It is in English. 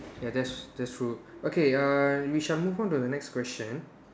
ya that's that's true okay uh we shall move on to the next question